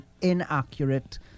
inaccurate